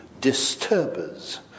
disturbers